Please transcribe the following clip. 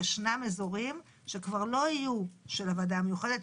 יש אזורים שכבר לא יהיו של הוועדה המיוחדת,